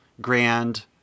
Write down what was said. grand